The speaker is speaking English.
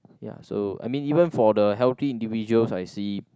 ya so I mean even for the healthy individuals I see